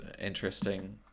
interesting